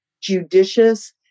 judicious